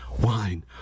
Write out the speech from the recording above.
wine